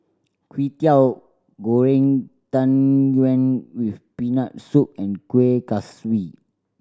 Kwetiau Goreng Tang Yuen with Peanut Soup and Kuih Kaswi